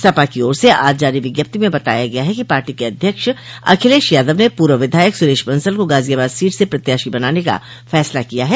सपा की ओर से आज जारी विज्ञप्ति में बताया गया है कि पार्टी के अध्यक्ष अखिलेश यादव ने पूर्व विधायक सुरेश बंसल को गाजियाबाद सीट से प्रत्याशी बनाने का फैसला किया है